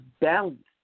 balance